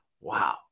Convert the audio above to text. wow